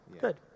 Good